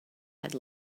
had